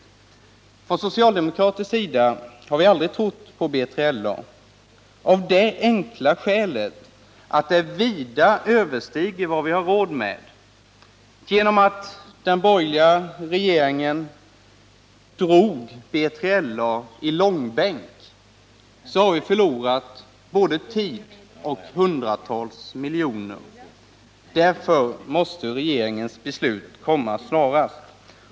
Från socialdemokratisk sida har vi aldrig trott på B3LA, av det enkla skälet att det vida överstiger vad vi har råd med. Genom att den borgerliga regeringen drog B3LA i långbänk har vi förlorat både tid och hundratals miljoner. Därför måste regeringens beslut komma snarast.